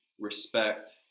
respect